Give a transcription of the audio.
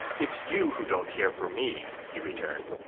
it's you who don't care for me, he returned.